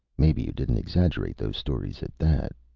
maybe you didn't exaggerate those stories at that,